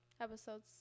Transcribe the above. episodes